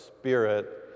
spirit